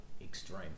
extreme